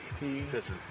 Pissing